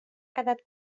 quedat